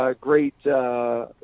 great